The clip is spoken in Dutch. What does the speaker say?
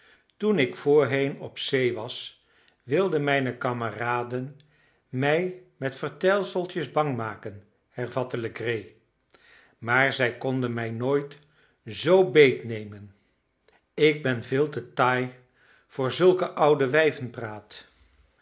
toen ik voorheen op zee was wilden mijne kameraden mij met vertelseltjes bang maken hervatte legree maar zij konden mij nooit zoo beetnemen ik ben veel te taai voor zulke oude